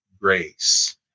grace